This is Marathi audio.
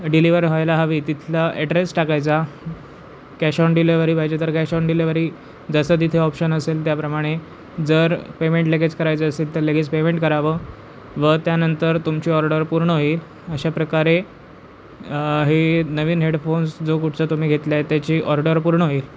डिलिवर व्हायला हवी तिथला ॲड्रेस टाकायचा कॅश ऑन डिलेवरी पायजे तर कॅश ऑन डिलेवरी जसं तिथे ऑप्शन असेल त्याप्रमाणे जर पेमेंट लगेच करायचं असेल तर लगेच पेमेंट करावं व त्यानंतर तुमची ऑर्डर पूर्ण होईल अशा प्रकारे हे नवीन हेडफोन्स जो कुठचा तुम्ही घेतला आहे त्याची ऑर्डर पूर्ण होईल